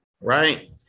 right